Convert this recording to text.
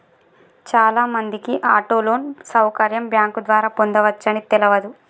చాలామందికి auto loan సౌకర్యం bank ద్వారా పొందవచ్చని తెలవదు